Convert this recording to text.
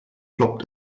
ploppt